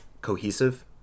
cohesive